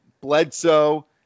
Bledsoe